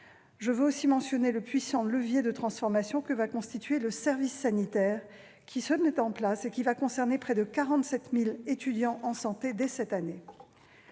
Je veux aussi mentionner le puissant levier de transformation que constituera le service sanitaire, qui se met en place et va concerner près de 47 000 étudiants en santé dès cette année.